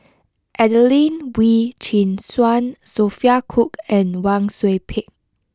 Adelene Wee Chin Suan Sophia Cooke and Wang Sui Pick